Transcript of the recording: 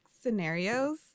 scenarios